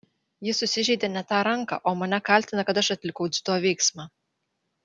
jis susižeidė ne tą ranką o mane kaltina kad aš atlikau dziudo veiksmą